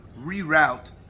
reroute